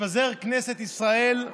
תתפזר כנסת ישראל,